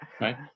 right